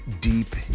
deep